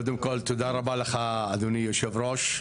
קודם כל תודה רבה לך אדוני יושב הראשי,